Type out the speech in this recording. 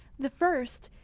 the first,